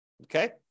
Okay